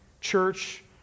church